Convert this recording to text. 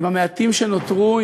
עם המעטים שנותרו,